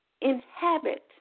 inhabit